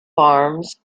arms